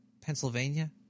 Pennsylvania